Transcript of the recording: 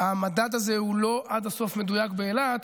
שהמדד הזה הוא לא עד הסוף מדויק באילת,